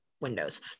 windows